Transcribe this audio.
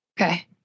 Okay